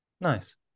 Nice